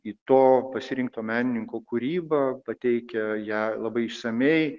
į to pasirinkto menininko kūrybą pateikia ją labai išsamiai